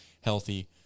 healthy